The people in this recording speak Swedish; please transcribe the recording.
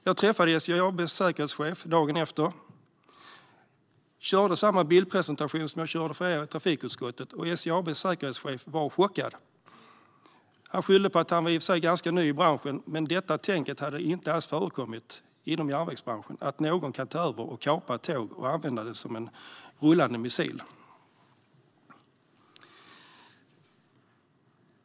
Jag träffade SJ AB:s säkerhetschef dagen därpå och höll samma bildpresentation som jag höll för er i trafikutskottet, och han var chockad. Han skyllde på att han var ganska ny i branschen, men detta tänk hade inte alls förekommit inom järnvägsbranschen - att någon kan ta över och kapa ett tåg och använda det som en rullande missil.